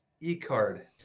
e-card